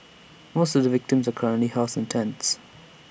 most of the victims currently housed in tents